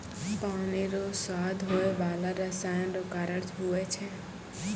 पानी रो स्वाद होय बाला रसायन रो कारण हुवै छै